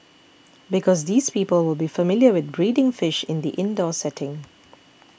because these people will be familiar with breeding fish in the indoor setting